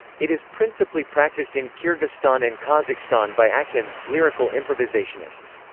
it is principally practiced in kyrgyzstan and kazakhstan by akyns, lyrical improvisationists.